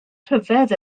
rhyfedd